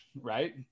right